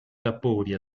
vapori